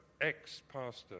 ex-pastor